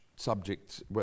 Subjects